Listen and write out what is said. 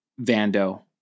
vando